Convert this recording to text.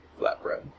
flatbread